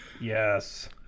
Yes